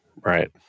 Right